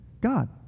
God